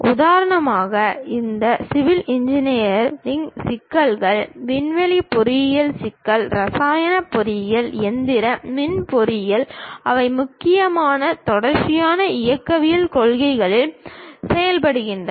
உதாரணமாக இந்த civil engineering சிக்கல்கள் விண்வெளி பொறியியல் சிக்கல் ரசாயன பொறியியல் இயந்திர மின் பொறியியல் அவை முக்கியமாக தொடர்ச்சியான இயக்கவியல் கொள்கைகளில் செயல்படுகின்றன